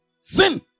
Sin